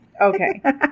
Okay